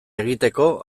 egiteko